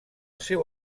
seu